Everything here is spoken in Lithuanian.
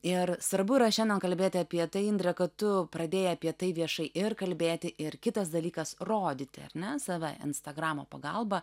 ir svarbu yra šiandien kalbėti apie tai indre kad tu pradėjai apie tai viešai ir kalbėti ir kitas dalykas rodyti ar ne save instagramo pagalba